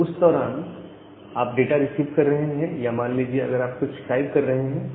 तो उस दौरान आप डाटा रिसीव कर रहे हैं या मान लीजिए आप कुछ टाइप कर रहे हैं